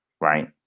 right